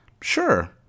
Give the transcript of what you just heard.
Sure